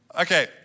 Okay